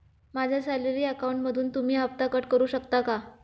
माझ्या सॅलरी अकाउंटमधून तुम्ही हफ्ता कट करू शकता का?